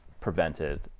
prevented